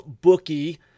bookie